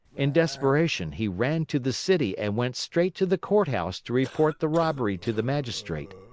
in desperation, he ran to the city and went straight to the courthouse to report the robbery to the magistrate.